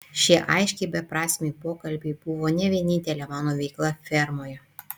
šie aiškiai beprasmiai pokalbiai buvo ne vienintelė mano veikla fermoje